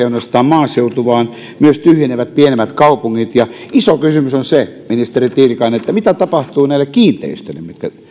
ainoastaan maaseutu vaan myös tyhjenevät pienemmät kaupungit ja iso kysymys on se ministeri tiilikainen mitä tapahtuu näille kiinteistöille mitkä